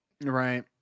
right